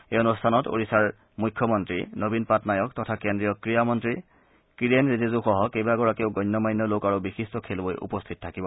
এই অনুষ্ঠানত ওড়িশাৰ মুখ্যমন্ত্ৰী নবীন পাটনায়ক তথা কেন্দ্ৰীয় ক্ৰীড়া মন্ত্ৰী কিৰেন ৰিজিজুসহ কেইবাগৰাকীও গণ্য মান্য লোক আৰু বিশিষ্ট খেলুৱৈ উপস্থিত থাকিব